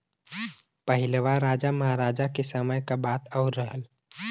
पहिलवा राजा महराजा के समय क बात आउर रहल